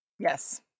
yes